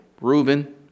Reuben